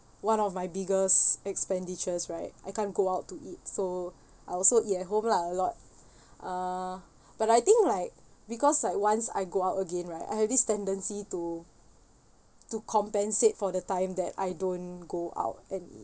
one of my biggest expenditures right I can't go out to eat so I also eat at home lah a lot uh but I think like because like once I go out again right I have this tendency to to compensate for the time that I don't go out and it